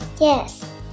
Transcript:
Yes